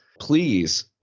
please